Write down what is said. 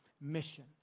mission